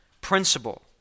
principle